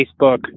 Facebook